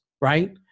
right